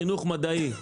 חינוך מדעי,